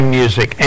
music